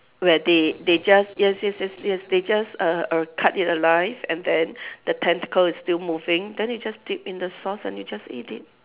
where they they just just just just just they just err err cut it alive and then the tentacles is still moving then you just dip in the sauce and you just eat it